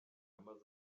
yamaze